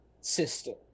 system